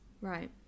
Right